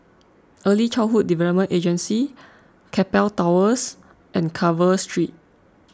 Early Childhood Development Agency Keppel Towers and Carver Street